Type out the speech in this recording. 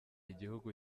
igihugu